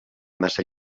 massa